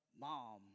mom